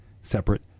separate